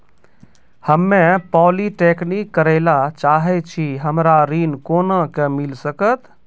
हम्मे पॉलीटेक्निक करे ला चाहे छी हमरा ऋण कोना के मिल सकत?